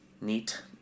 Neat